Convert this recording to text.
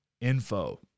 info